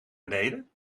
beneden